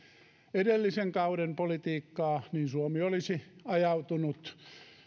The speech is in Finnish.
edellisen kauden politiikkaa suomi olisi ajautunut